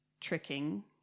tricking